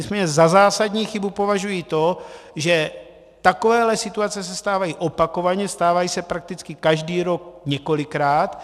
Nicméně za zásadní chybu považuji to, že takovéhle situace se stávají opakovaně, stávají se prakticky každý rok několikrát.